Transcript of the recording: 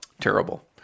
Terrible